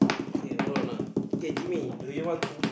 okay hold on uh okay Jimmy do you want to